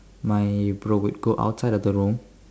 my bro would go outside of the room